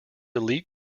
elite